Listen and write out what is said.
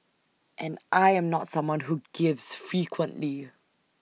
and I am not someone who gives frequently